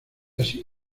así